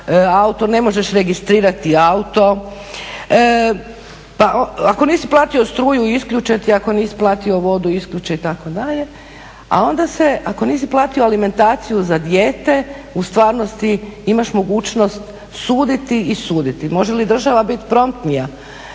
ne možeš registrirati auto, ako nisi platio struju isključe ti, ako nisi platio vodu isključe itd., a onda se ako nisi platio alimentaciju za dijete u stvarnosti imaš mogućnost suditi i suditi. Može li država biti promptnija?